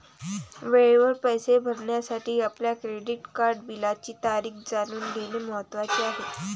वेळेवर पैसे भरण्यासाठी आपल्या क्रेडिट कार्ड बिलाची तारीख जाणून घेणे महत्वाचे आहे